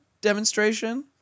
demonstration